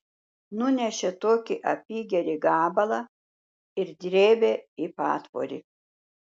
nunešė tokį apygerį gabalą ir drėbė į patvorį